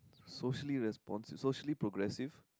socially responsive socially progressive